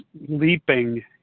leaping